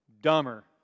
Dumber